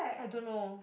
I don't know